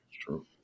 True